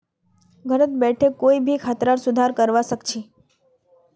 घरत बोठे कोई भी खातार सुधार करवा सख छि